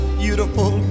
beautiful